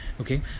okay